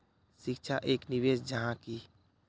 शिक्षा एक निवेश जाहा की?